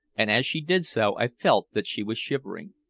and as she did so i felt that she was shivering.